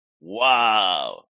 Wow